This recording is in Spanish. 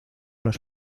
las